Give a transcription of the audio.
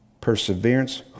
perseverance